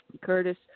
Curtis